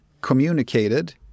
communicated